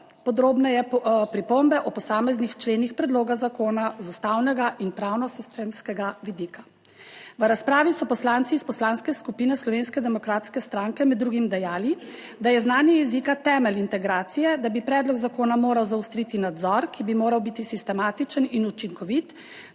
podrobneje pripombe o posameznih členih predloga zakona z ustavnega in pravno sistemskega vidika. V razpravi so poslanci iz Poslanske skupine Slovenske demokratske stranke med drugim dejali, da je znanje jezika temelj integracije, da bi predlog zakona moral zaostriti nadzor, ki bi moral biti sistematičen in učinkovit,